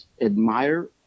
admire